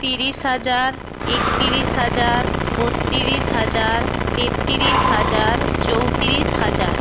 ত্রিশ হাজার একত্রিশ হাজার বত্রিশ হাজার তেত্রিশ হাজার চৌত্রিশ হাজার